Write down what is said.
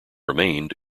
remained